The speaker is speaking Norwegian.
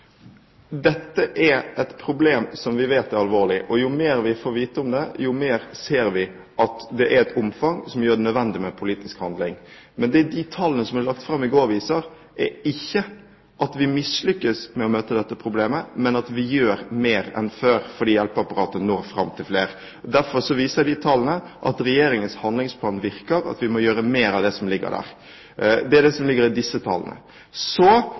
dette er et problem som vi vet er alvorlig, og jo mer vi får vite om det, jo mer ser vi at det har et omfang som gjør det nødvendig med politisk handling. Men det de tallene som ble lagt fram i går, viser, er ikke at vi mislykkes med å møte dette problemet, men at vi gjør mer enn før fordi hjelpeapparatet når fram til flere. Derfor viser de tallene at Regjeringens handlingsplan virker, og at vi må gjøre mer av det som ligger der. Det er det som ligger i disse tallene. Så